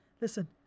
Listen